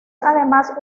además